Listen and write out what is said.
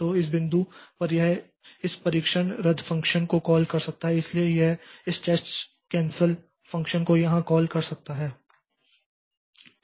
तो इस बिंदु पर यह इस परीक्षण रद्द फ़ंक्शन को कॉल कर सकता है इसलिए यह इस टेस्ट कैंसल फ़ंक्शन को यहां कॉल कर सकता है